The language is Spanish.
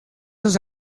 sus